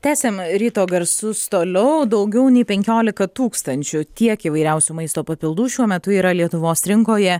tęsiam ryto garsus toliau daugiau nei penkiolika tūkstančių tiek įvairiausių maisto papildų šiuo metu yra lietuvos rinkoje